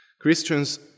Christians